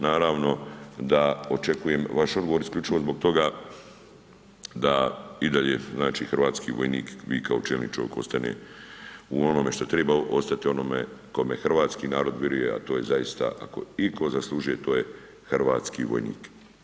Naravno da očekujem vaš odgovor isključivo zbog toga da idalje znači hrvatski vojnik i vi kao čelni čovik ostane u onome što triba ostati, u onome koje hrvatski harod viruje, a to je zaista i ko zaslužuje, to je hrvatski vojnik.